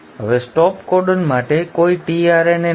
હવે stop codon માટે કોઈ tRNA નથી